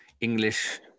English